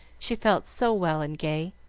she felt so well and gay.